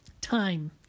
time